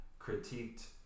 critiqued